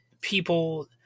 people